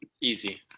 Easy